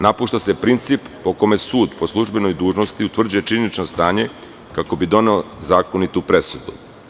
Napušta se princip po kome sud po službenoj dužnosti utvrđuje činjenično stanje, kako bi doneo zakonitu presudu.